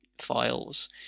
files